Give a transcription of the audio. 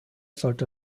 sollte